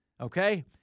okay